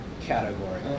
category